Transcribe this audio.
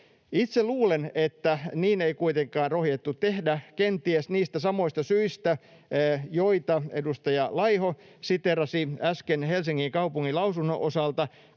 Itse luulen, että niin ei kuitenkaan rohjettu tehdä kenties niistä samoista syistä, joita edustaja Laiho siteerasi äsken Helsingin kaupungin lausunnon osalta: